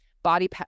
body